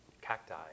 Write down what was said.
cacti